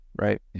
right